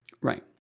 Right